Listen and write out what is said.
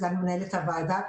סגן מנהלת הוועדה,